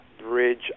bridge